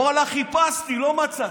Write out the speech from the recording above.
אומר לה: חיפשתי, לא מצאתי.